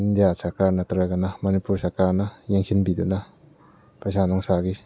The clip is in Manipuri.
ꯏꯟꯗꯤꯌꯥ ꯁꯔꯀꯥꯔꯅ ꯅꯠꯇ꯭ꯔꯒꯅ ꯃꯅꯤꯄꯨꯔ ꯁꯔꯀꯥꯔꯅ ꯌꯦꯡꯁꯤꯟꯕꯤꯗꯨꯅ ꯄꯩꯁꯥ ꯅꯨꯡꯁꯥꯒꯤ